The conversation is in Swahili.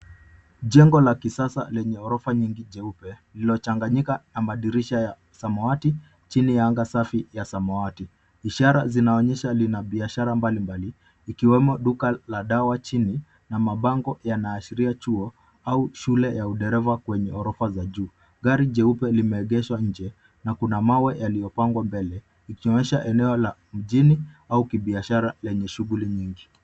Jengo la kisasa lenye ghorofa nyingi jeupe lililochanganyika na madirisha ya samawati chini ya anga safi ya samawati. Ishara inaonyesha hali na biashara mbalimbali ikiwemo duka la dawa chini na mabango yanaashiria chuo au shule ya udereva kwenye ghorofa la juu. Gari jeupe limeegeshwa nje na kuna mawe yaliyopangwa mbele ikionyesha eneo la mjini aua kibiashara lenye shughuli nyingi.